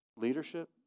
leadership